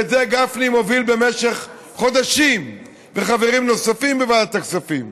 ואת זה גפני מוביל במשך חודשים עם חברים נוספים בוועדת הכספים.